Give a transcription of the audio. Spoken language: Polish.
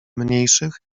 mniejszych